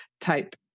type